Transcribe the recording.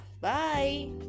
Bye